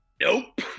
Nope